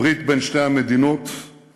הברית בין שתי המדינות חזקה,